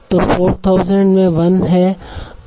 तो 4000 में 1 है